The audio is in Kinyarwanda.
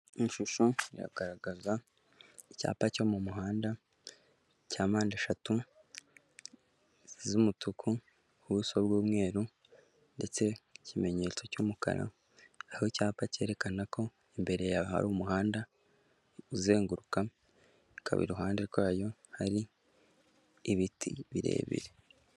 Iyi shusho iragaragaza icyapa cyo mu muhanda cya mpande eshatu z'umutuku, ubuso bw'umweru ndetse n'ikimenyetso cy'umukara, aho icyapa cyerekana ko imbere yawe hari umuhanda uzenguruka, ikaba iruhande rwayo hari ibiti birebire.